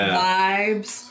vibes